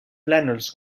plànols